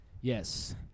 Yes